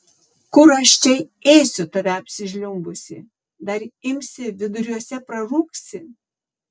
kur aš čia ėsiu tave apsižliumbusį dar imsi viduriuose prarūgsi